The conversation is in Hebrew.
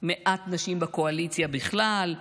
מעט נשים בקואליציה בכלל.